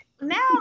now